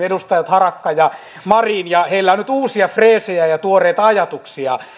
edustajat harakka ja marin ja heillä on nyt uusia freesejä ja ja tuoreita ajatuksia